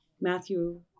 Matthew